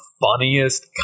funniest